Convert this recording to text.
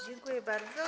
Dziękuję bardzo.